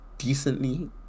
Decently